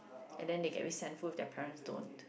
and then they get resentful when their parents don't